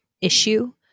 issue